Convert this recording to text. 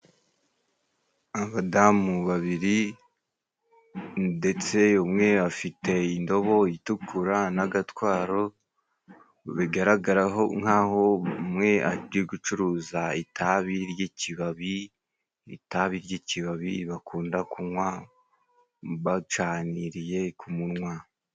Abadamu babiri ndetse umwe afite indobo itukura n'agatwaro bigaragaraho nkaho umwe ari gucuruza itabi ry'ikibabi. Itabi ry'ikibabi bakunda kunywa bacaniriye ku munwa.